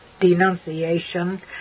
denunciation